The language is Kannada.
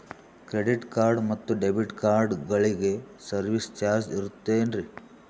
ಕ್ರೆಡಿಟ್ ಕಾರ್ಡ್ ಮತ್ತು ಡೆಬಿಟ್ ಕಾರ್ಡಗಳಿಗೆ ಸರ್ವಿಸ್ ಚಾರ್ಜ್ ಇರುತೇನ್ರಿ?